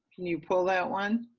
can you pull that one?